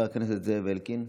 חבר הכנסת זאב אלקין,